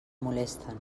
molesten